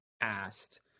asked